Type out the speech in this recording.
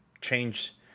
change